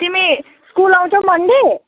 तिमी स्कुल आउँछौ मन्डे